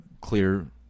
clear